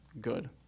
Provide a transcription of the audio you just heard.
good